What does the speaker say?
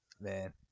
Man